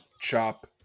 chop